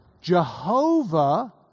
Jehovah